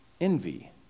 envy